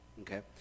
okay